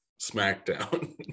smackdown